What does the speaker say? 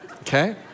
Okay